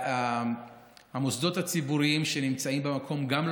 המוסדות הציבוריים שנמצאים במקום גם הם